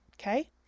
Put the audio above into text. Okay